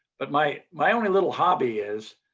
but my my only little hobby is